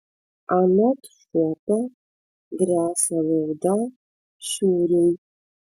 anot šopio gresia bauda šiuriui